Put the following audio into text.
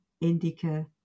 indica